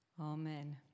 Amen